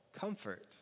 comfort